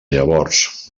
llavors